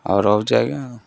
ହଉ ରହୁଛି ଆଜ୍ଞା ଆଉ